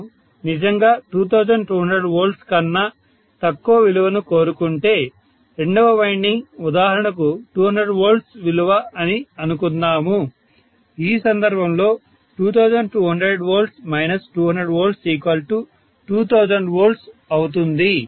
నేను నిజంగా 2200 కన్నా తక్కువ విలువను కోరుకుంటే రెండవ వైండింగ్ ఉదాహరణకు 200 V విలువ అని అనుకుందాము ఈ సందర్భంలో 2200 V 200 V 2000 V అవుతుంది